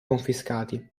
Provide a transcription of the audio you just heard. confiscati